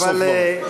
בסוף דברי.